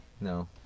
No